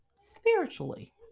spiritually